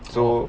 so